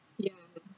yeah